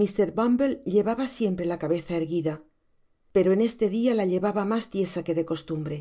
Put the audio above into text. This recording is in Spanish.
mr bumble llevaba siempre la cabeza erguida pero en este dia la llevaba mas tiesa que de costumbre